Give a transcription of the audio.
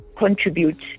contribute